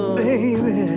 baby